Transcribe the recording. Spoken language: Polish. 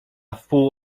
wpół